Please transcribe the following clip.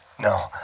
No